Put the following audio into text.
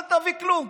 אל תביא כלום,